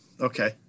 okay